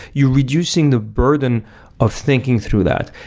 you're reducing the burden of thinking through that.